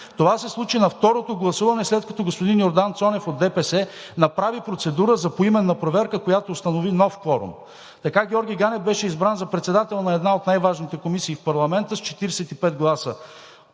Това се случи на второто гласуване, след като господин Йордан Цонев от ДПС направи процедура за поименна проверка, която установи нов кворум. Така Георги Ганев беше избран за председател на една от най-важните комисии в парламента с 45 гласа